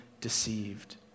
deceived